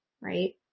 right